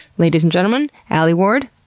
ladies and gentlemen, alie ward,